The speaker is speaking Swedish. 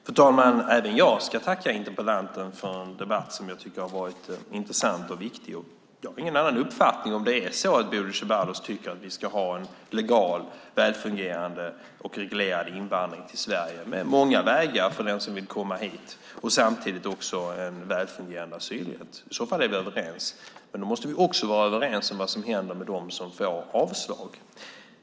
Fru talman! Till interpellanten vill jag säga att även jag tackar för debatten, som jag tycker har varit intressant och viktig. Jag har ingen annan uppfattning om det är så att Bodil Ceballos tycker att vi ska ha en legal väl fungerande och reglerad invandring till Sverige med många vägar för den som vill komma hit och samtidigt en väl fungerande asylrätt. I så fall är vi alltså överens, men då måste vi också vara överens om vad som händer med dem som får avslag.